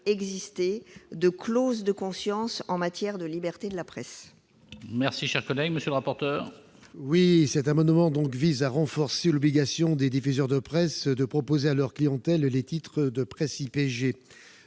exister de « clause de conscience » en matière de liberté de la presse